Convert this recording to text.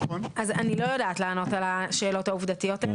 אני לא יודעת לענות על השאלות העובדתיות האלה.